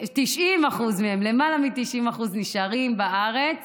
למעלה מ-90% נשארים בארץ